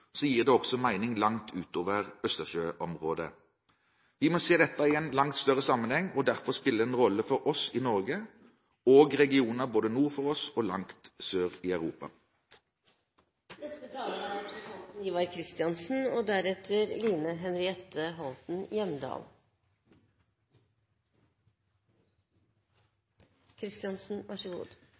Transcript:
gir det også mening langt utover Østersjøområdet. Vi må se dette i en langt større sammenheng, og derfor spiller det en rolle for oss i Norge og i regionene både nord for oss og langt sør i Europa. Flere talere har vært inne på det nordiske forsvars- og